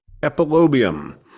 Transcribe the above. Epilobium